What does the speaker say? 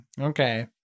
Okay